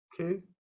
Okay